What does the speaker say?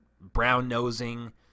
brown-nosing